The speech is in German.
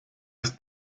des